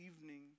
evening